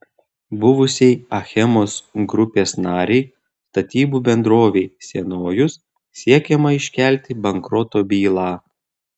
buvusiai achemos grupės narei statybų bendrovei sienojus siekiama iškelti bankroto bylą